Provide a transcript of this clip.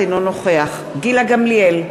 אינו נוכח גילה גמליאל,